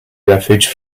refuge